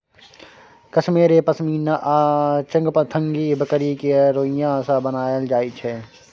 कश्मेरे पश्मिना आ चंगथंगी बकरी केर रोइयाँ सँ बनाएल जाइ छै